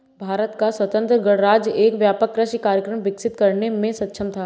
भारत का स्वतंत्र गणराज्य एक व्यापक कृषि कार्यक्रम विकसित करने में सक्षम था